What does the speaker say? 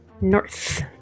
North